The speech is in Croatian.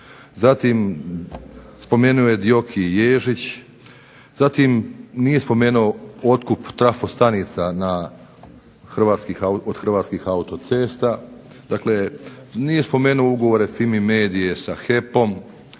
Zatim, spomenuo je DIOKI i Ježić. Zatim, nije spomenuo otkup trafostanica na, od Hrvatskih autocesta. Dakle, nije spomenuo ugovore FIMI medije sa HEP-om.